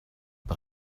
but